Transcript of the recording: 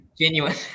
genuine